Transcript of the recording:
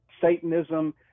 Satanism